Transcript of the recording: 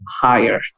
higher